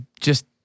just-